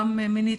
גם מינית,